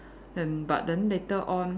and but then later on